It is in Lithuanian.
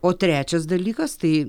o trečias dalykas tai